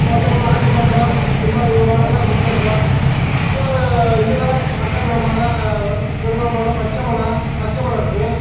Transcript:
மக்கள் ஆடி மாதம் இம்மாதிரி நாளெல்லாம் விசேஷம் இதோடு பக்கத்தில் மலை பருவ மலை பச்ச மலை பச்ச மலை இருக்குது